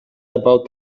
about